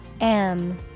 -M